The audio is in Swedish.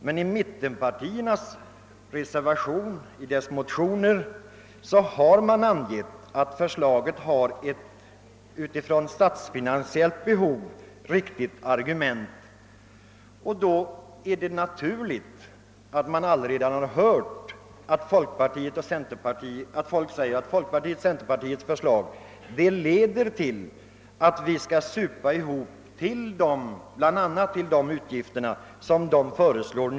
Men i mittenpartiernas reservation och motioner har angivits att en höjning är motiverad med hänsyn till det statsfinansiella behovet. Jag har redan hört folk säga att folkpartiets och centerpartiets förslag innebär att vi skall supa ihop till bl.a. de anslagsökningar som de nu föreslår.